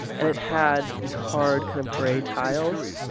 and it had these hard kind of gray tiles.